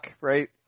right